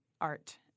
art